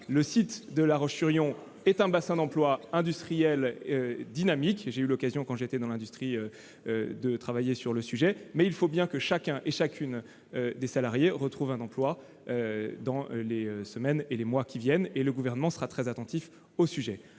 Le site de La Roche-sur-Yon est un bassin d'emplois industriels dynamique. J'ai eu l'occasion, quand j'étais dans l'industrie, de travailler sur le sujet. Il faut donc que chaque salarié retrouve un emploi dans les semaines et les mois à venir. Le Gouvernement y sera très attentif.